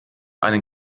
einen